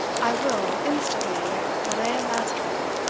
i will, instantly, when i am master of it,